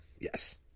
yes